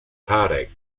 tarek